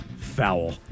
foul